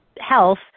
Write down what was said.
health